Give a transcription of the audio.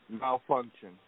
malfunction